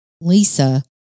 Lisa